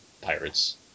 Pirates